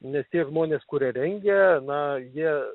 nes tie žmonės kurie rengia na jie